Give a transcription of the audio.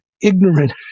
ignorant